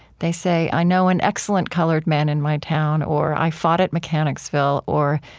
they say, i know an excellent colored man in my town or, i fought at mechanicsville or,